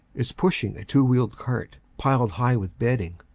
is pushing a two-wheeled cart, piled high with bedding,